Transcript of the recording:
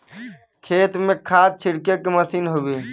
खेत में खाद छिड़के के मसीन हउवे